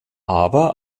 aber